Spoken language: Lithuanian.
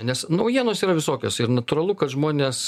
nes naujienos yra visokios ir natūralu kad žmonės